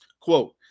Quote